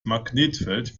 magnetfeld